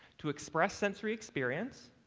to express sensory experience,